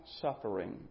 suffering